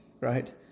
right